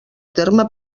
terme